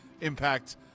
impact